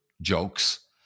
jokes